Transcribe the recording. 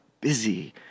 busy